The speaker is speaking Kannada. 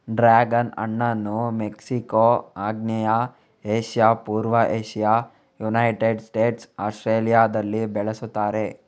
ಡ್ರ್ಯಾಗನ್ ಹಣ್ಣನ್ನು ಮೆಕ್ಸಿಕೋ, ಆಗ್ನೇಯ ಏಷ್ಯಾ, ಪೂರ್ವ ಏಷ್ಯಾ, ಯುನೈಟೆಡ್ ಸ್ಟೇಟ್ಸ್, ಆಸ್ಟ್ರೇಲಿಯಾದಲ್ಲಿ ಬೆಳೆಸುತ್ತಾರೆ